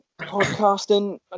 podcasting